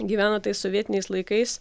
gyveno tais sovietiniais laikais